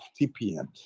TPM